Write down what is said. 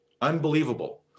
unbelievable